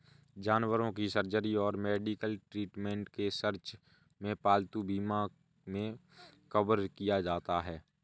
जानवरों की सर्जरी और मेडिकल ट्रीटमेंट के सर्च में पालतू बीमा मे कवर किया जाता है